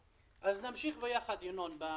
ב-2009.